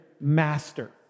Master